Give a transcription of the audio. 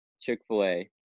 Chick-fil-A